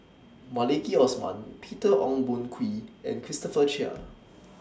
Maliki Osman Peter Ong Boon Kwee and Christopher Chia